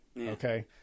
Okay